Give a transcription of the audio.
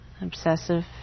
obsessive